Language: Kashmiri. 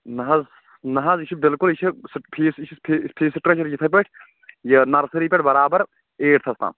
نَہ حظ نَہ حظ یہِ چھُ بِلکُل یہِ چھِ فیٖس یہِ چھُ فیٖس سٕٹرَکچَر یِتھَے پٲٹھۍ یہِ نَرسٔری پٮ۪ٹھ برابر اَیٚٹتھَس تام